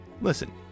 Listen